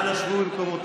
אנא, שבו במקומותיכם.